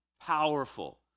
powerful